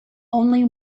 only